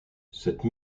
cette